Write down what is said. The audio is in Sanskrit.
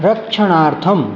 रक्षणार्थम्